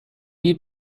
need